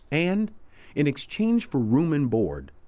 and in exchange for room and board.